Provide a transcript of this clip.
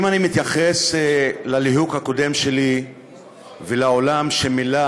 אם אני מתייחס לליהוק הקודם שלי ולעולם שמילא